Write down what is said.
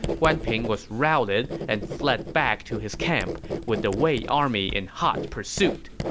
guan ping was routed and fled back to his camp, with the wei army in hot pursuit.